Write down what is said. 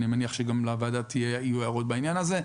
ואני מניח שגם לוועדה יהיו הערות בעניין הזה.